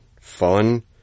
fun